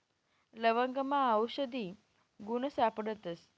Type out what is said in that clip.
लवंगमा आवषधी गुण सापडतस